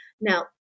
Now